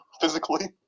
physically